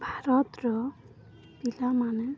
ଭାରତର ପିଲାମାନେ